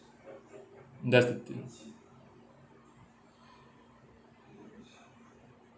that